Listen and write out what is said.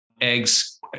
eggs